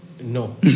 No